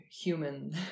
human